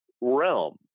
realm